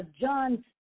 John